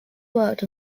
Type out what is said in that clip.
worked